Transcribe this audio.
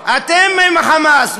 יש לנו לגיטימציה.